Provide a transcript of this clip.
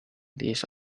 please